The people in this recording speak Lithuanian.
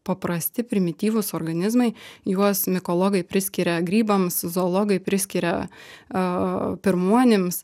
paprasti primityvūs organizmai juos mikologai priskiria grybams zoologai priskiria a pirmuonims